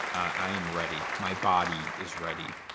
i am ready. my body is ready.